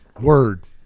word